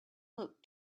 looked